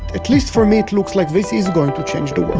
at least for me, it looks like this is going to change the world